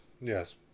yes